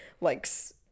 likes